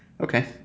Okay